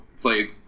play